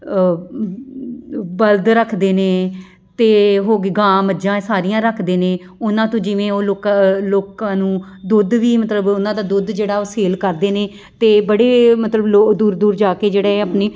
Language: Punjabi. ਬਲਦ ਰੱਖਦੇ ਨੇ ਤੇ ਹੋ ਗਈ ਗਾਂ ਮੱਝਾਂ ਇਹ ਸਾਰੀਆਂ ਰੱਖਦੇ ਨੇ ਉਹਨਾਂ ਤੋਂ ਜਿਵੇਂ ਉਹ ਲੋਕ ਲੋਕਾਂ ਨੂੰ ਦੁੱਧ ਵੀ ਮਤਲਬ ਉਹਨਾਂ ਦਾ ਦੁੱਧ ਜਿਹੜਾ ਸੇਲ ਕਰਦੇ ਨੇ ਅਤੇ ਬੜੇ ਮਤਲਬ ਲੋ ਓ ਦੂਰ ਦੂਰ ਜਾ ਕੇ ਜਿਹੜੇ ਆਪਣੀ